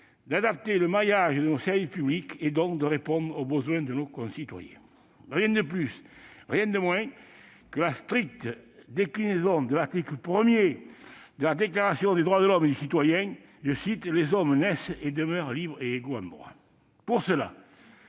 d'adapter le maillage de nos services publics, donc de répondre aux besoins de nos concitoyens. Rien de plus, rien de moins, sinon la stricte déclinaison de l'article I de la Déclaration des droits de l'homme et du citoyen, selon lequel « Les hommes naissent et demeurent libres et égaux en droit ».